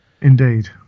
indeed